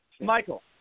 Michael